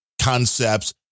concepts